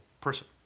person